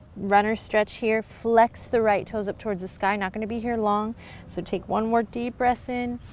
runner's stretch here, flex the right toes up towards the sky, we're not going to be here long so take one more deep breath in,